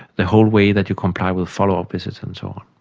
the whole way that you comply with follow-up visits and so on.